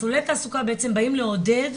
מסלולי תעסוקה בעצם באים לעודד